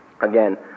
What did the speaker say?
again